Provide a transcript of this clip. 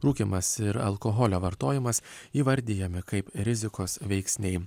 rūkymas ir alkoholio vartojimas įvardijami kaip rizikos veiksniai